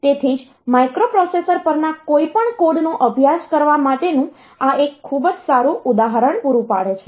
તેથી જ માઇક્રોપ્રોસેસર પરના કોઈપણ કોડનો અભ્યાસ કરવા માટેનું આ એક ખૂબ જ સારું ઉદાહરણ પૂરું પાડે છે